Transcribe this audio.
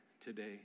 today